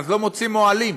לא מוצאים מוהלים,